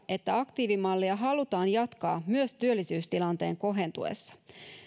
että aktiivimallia halutaan jatkaa myös työllisyystilanteen kohentuessa